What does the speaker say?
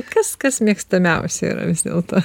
kas kas mėgstamiausia yra vis dėlto